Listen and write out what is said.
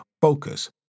focus